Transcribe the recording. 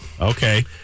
Okay